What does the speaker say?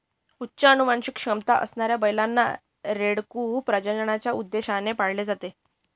उच्च अनुवांशिक क्षमता असणाऱ्या बैलांना, रेडकू प्रजननाच्या उद्देशाने पाळले जाते